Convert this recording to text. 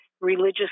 religious